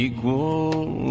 Equal